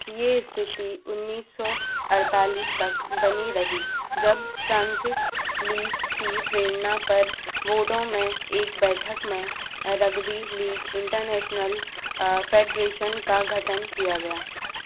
ये स्थिति उन्नीस सौ अड़तालीस तक बनी रही जब फ्रांसिस लीज़ की प्रेरणा पर बोर्डो में एक बैठक में रग्बी लीग इंटरनेशनल फेडरेशन का गठन किया गया